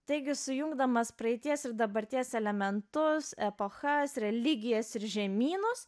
taigi sujungdamas praeities ir dabarties elementus epochas religijas ir žemynus